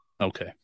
Okay